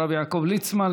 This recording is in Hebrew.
הרב יעקב ליצמן,